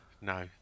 no